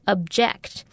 Object